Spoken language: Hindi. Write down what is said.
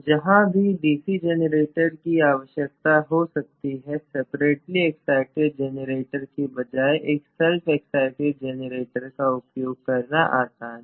जहाँ भी डीसी जनरेटर की आवश्यकता हो सकती है सेपरेटली एक्साइटिड जनरेटर के बजाय एक सेल्फ एक्साइटिड जनरेटर का उपयोग करना आसान है